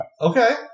Okay